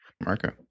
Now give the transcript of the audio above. Marco